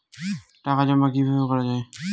টাকা জমা কিভাবে করা য়ায়?